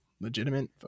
legitimate